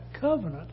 covenant